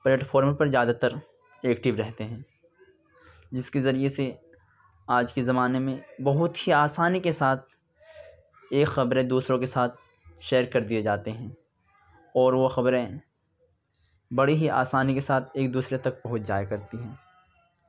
platform پر زیادہ تر ایکٹو رہتے ہیں جس کے ذریعے سے آج کے زمانے میں بہت ہی آسانی کے ساتھ ایک خبریں دوسروں کے ساتھ شیئر کر دیئے جاتے ہیں اور وہ خبریں بڑی ہی آسانی کے ساتھ ایک دوسرے تک پہنچ جایا کرتی ہیں